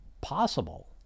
possible